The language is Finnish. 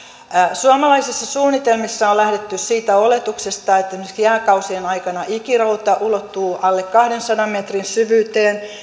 suomalaisissa suunnitelmissa on lähdetty siitä oletuksesta että myöskin jääkausien aikana ikirouta ulottuu alle kahdensadan metrin syvyyteen